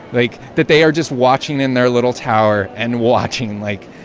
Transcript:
like, that they are just watching in their little tower and watching like,